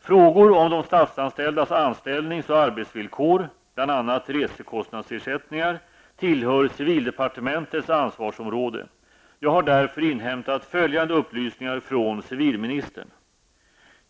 Frågor om de statsanställdas anställnings och arbetsvillkor, bl.a. resekostnadsersättningar, tillhör civildepartementets ansvarsområde. Jag har därför inhämtat följande upplysningar från civilministern.